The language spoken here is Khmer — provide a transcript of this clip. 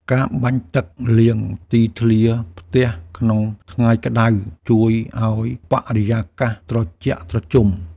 ការបាញ់ទឹកលាងទីធ្លាផ្ទះក្នុងថ្ងៃក្តៅ ជួយឱ្យបរិយាកាសត្រជាក់ត្រជុំ។